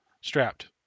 strapped